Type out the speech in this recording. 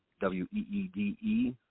W-E-E-D-E